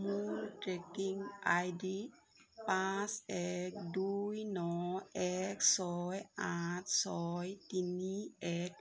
মোৰ tracking I D পাঁচ এক দুই ন এক ছয় আঠ ছয় তিনি এক